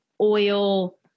oil